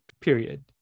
period